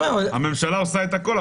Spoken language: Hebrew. הממשלה עושה את הכול,